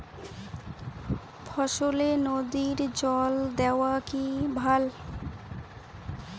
ফসলে নদীর জল দেওয়া কি ভাল?